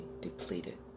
depleted